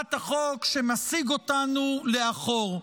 בהצעת החוק שמסיג אותנו לאחור.